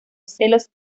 celos